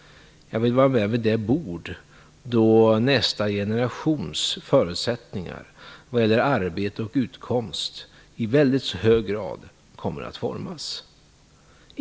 Jag vill vara med vid det bord där nästa generations förutsättningar då det gäller arbete och utkomst i väldigt hög grad kommer att formas.